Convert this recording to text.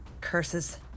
curses